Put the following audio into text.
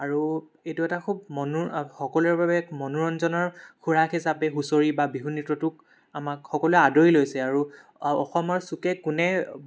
আৰু এইটো এটা খুব মনো সকলোৰে বাবে এক মনোৰঞ্জনৰ খোৰাক হিচাপে হুঁচৰি বা বিহু নৃত্যটোক আমাক সকলোৱে আদৰি লৈছে আৰু অসমৰ চুকে কোণে